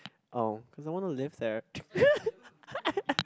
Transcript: oh cause I want to live there